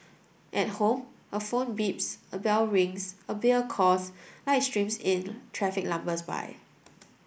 at home a phone beeps a bell rings a beer calls light streams in traffic lumbers by